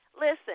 Listen